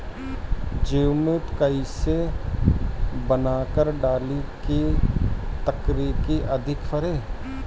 जीवमृत कईसे बनाकर डाली की तरकरी अधिक फरे?